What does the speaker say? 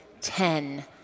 ten